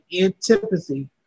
antipathy